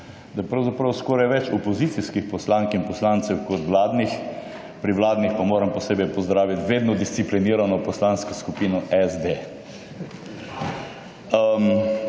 je pravzaprav skoraj več opozicijskih poslank in poslancev, kot vladnih, pri vladnih pa moram posebej pozdravit vedno disciplinirano Poslansko skupino SD.